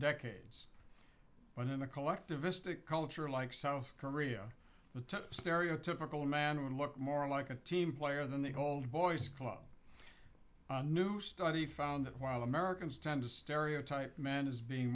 decades but in a collectivistic culture like south korea the stereotypical man would look more like a team player than the old boys club a new study found that while americans tend to stereotype men as being